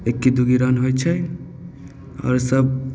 एक्की दूग्गी रन होइ छै आओर सब